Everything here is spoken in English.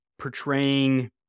portraying